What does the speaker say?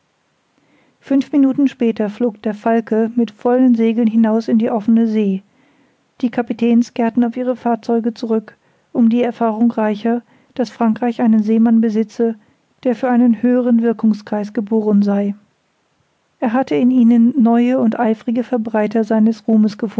fünf minuten später flog der falke mit vollen segeln hinaus in die offene see die kapitäns kehrten auf ihre fahrzeuge zurück um die erfahrung reicher daß frankreich einen seemann besitze der für einen höheren wirkungskreis geboren sei er hatte in ihnen neue und eifrige verbreiter seines